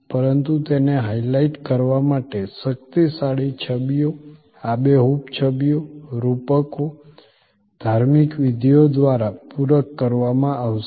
પરંતુ તેને હાઇલાઇટ કરવા માટે શક્તિશાળી છબીઓ આબેહૂબ છબીઓ રૂપકો ધાર્મિક વિધિઓ દ્વારા પૂરક કરવામાં આવશે